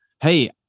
Hey